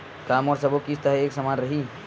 का मोर सबो किस्त ह एक समान रहि?